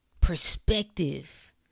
Perspective